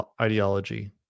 ideology